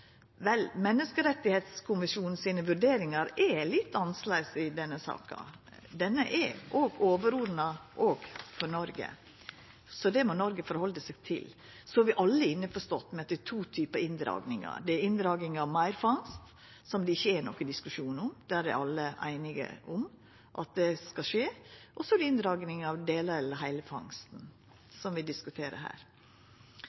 Vel, menneskerettskommisjonen sine vurderingar er litt annleis i denne saka. Dei er overordna òg for Noreg, så dei må Noreg halda seg til. Så er vi alle innforstått med at det er to typar inndragingar. Det er inndraging av meirfangst, som det ikkje er nokon diskusjon om – alle er einige om at det skal skje – og så er det inndraging av delar av eller heile fangsten,